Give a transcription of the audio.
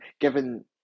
given